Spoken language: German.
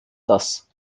das